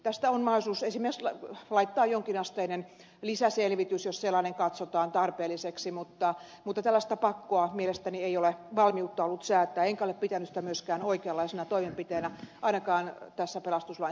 tästä on mahdollisuus esimerkiksi laittaa jonkinasteinen lisäselvitys jos sellainen katsotaan tarpeelliseksi mutta tällaista pakkoa mielestäni ei ole ollut valmiutta säätää enkä ole pitänyt sitä myöskään oikeanlaisena toimenpiteenä ainakaan tässä pelastuslain